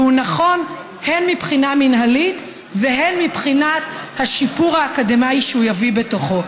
והוא נכון הן מבחינה מינהלית והן מבחינת השיפור האקדמי שהוא יביא בתוכו.